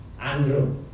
Andrew